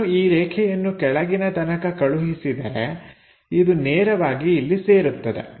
ನಾನು ಈ ರೇಖೆಯನ್ನು ಕೆಳಗಿನ ತನಕ ಕಳುಹಿಸಿದರೆ ಇದು ನೇರವಾಗಿ ಇಲ್ಲಿ ಸೇರುತ್ತದೆ